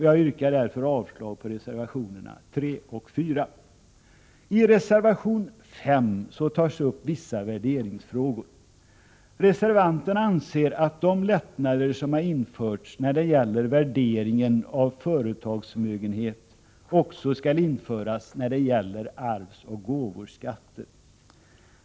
Jag yrkar därför avslag på reservationerna 3 och 4. I reservation 5 tas vissa värderingsfrågor upp. Reservanterna anser att de lättnader som har införts när det gäller värderingen av företagsförmögenhet också skall införas när det gäller arvsoch gåvoskatter.